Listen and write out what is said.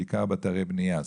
בעיקר באתרי בנייה.